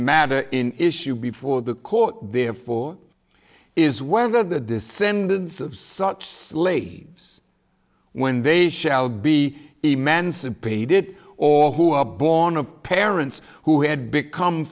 matter in issue before the court therefore is whether the descendants of such slaves when they shall be emancipated or who are born of parents who had become